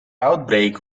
outbreak